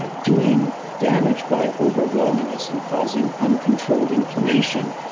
ah doing damage by overwhelming us and causing uncontrolled inflammation.